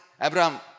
Abraham